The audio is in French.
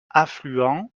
affluent